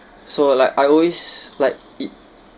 so like I always like it